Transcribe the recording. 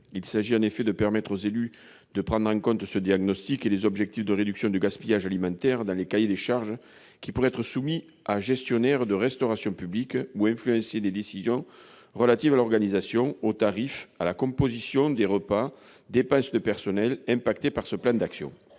Il s'agit en effet de permettre aux élus de prendre en compte ce diagnostic et les objectifs de réduction du gaspillage alimentaire dans les cahiers des charges qui pourraient être soumis aux gestionnaires de services de restauration publique ou influencer des décisions relatives à l'organisation, aux tarifs, à la composition des repas, aux dépenses de personnel, impactés par ce plan d'action.